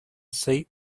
saint